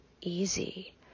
easy